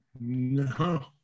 No